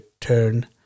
turn